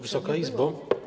Wysoka Izbo!